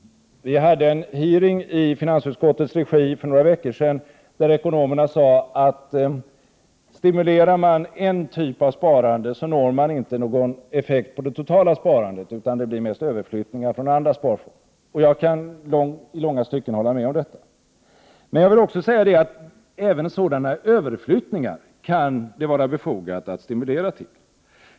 Vi hade en hearing i finansutskottets regi för några veckor sedan, där ekonomerna sade: Stimulerar man en typ av sparande, når man inte någon effekt på det totala sparandet, utan det blir mest överflyttningar från andra sparformer. Jag kan i långa stycken hålla med om detta. Men jag vill också säga att det även kan vara befogat att stimulera till sådana överflyttningar.